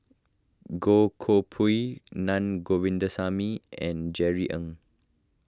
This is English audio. Goh Koh Pui Naa Govindasamy and Jerry Ng